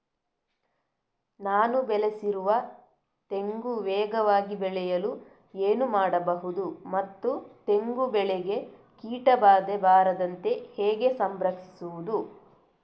ನಾನು ಬೆಳೆಸಿರುವ ತೆಂಗು ವೇಗವಾಗಿ ಬೆಳೆಯಲು ಏನು ಮಾಡಬಹುದು ಮತ್ತು ತೆಂಗು ಬೆಳೆಗೆ ಕೀಟಬಾಧೆ ಬಾರದಂತೆ ಹೇಗೆ ಸಂರಕ್ಷಿಸುವುದು?